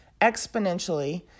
exponentially